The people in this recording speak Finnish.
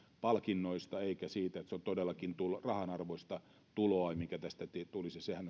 palkinnoista eikä siitä että se on todellakin rahanarvoista tuloa mikä tästä tulisi sehän